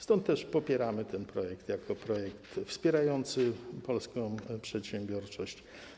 Stąd też popieramy ten projekt jako projekt wspierający polską przedsiębiorczość.